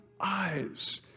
eyes